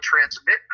transmit